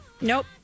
Nope